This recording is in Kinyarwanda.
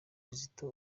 kizito